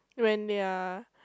when they are